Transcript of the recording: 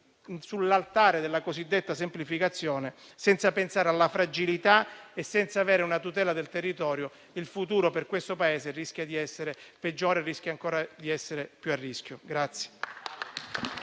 sull'altare della cosiddetta semplificazione, senza pensare alla fragilità e senza avere una tutela del territorio, il futuro per questo Paese rischia di essere peggiore e ancora più a rischio.